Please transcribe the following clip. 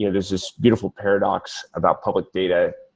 yeah there's just beautiful paradox about public data.